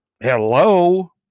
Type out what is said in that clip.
Hello